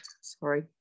sorry